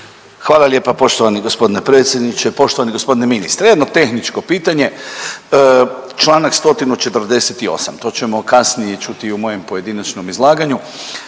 Hvala lijepa poštovani gospodine predsjedniče. Poštovani gospodine ministre, jedno tehničko pitanje, Članak 148., to ćemo kasnije čuti u mojem pojedinačnom izlaganju.